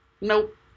Nope